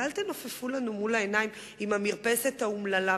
ואל תנופפו לנו מול העיניים במרפסת האומללה.